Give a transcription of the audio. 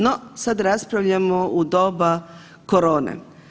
No, sad raspravljamo u doba korone.